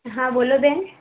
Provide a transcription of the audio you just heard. હા બોલો બેન